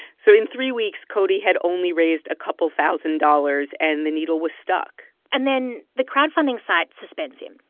so in three weeks, cody had only raised a couple thousand dollars, and the needle was stuck and then the crowdfunding site suspends him.